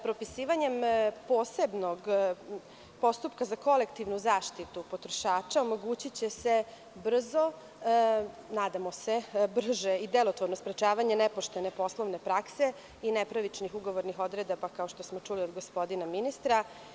Propisivanje posebnog postupka za kolektivnu zaštitu potrošača, omogućiće se brzo, nadamo se brže i delotvornije sprečavanje nepoštene poslovne prakse i nepravičnih ugovornih odredaba, kao što smo čuli od gospodina ministra.